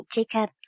Jacob